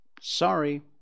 sorry